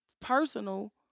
personal